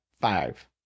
five